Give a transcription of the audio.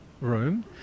room